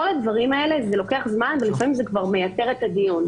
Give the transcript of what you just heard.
כל הדברים האלה לוקחים זמן ולפעמים זה כבר מייתר את הדיון.